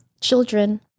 children